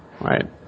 Right